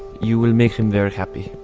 you will make him very happy